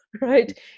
right